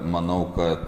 manau kad